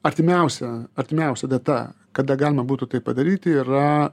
artimiausia artimiausia data kada galima būtų tai padaryti yra